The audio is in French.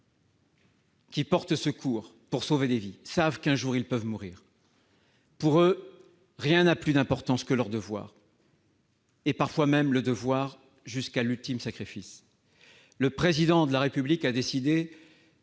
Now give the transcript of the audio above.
qui portent secours pour sauver des vies savent qu'un jour ils peuvent mourir. Mais rien n'a plus d'importance que leur devoir, accompli parfois jusqu'à l'ultime sacrifice. Le Président de la République a décidé